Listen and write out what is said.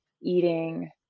eating